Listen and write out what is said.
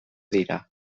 dira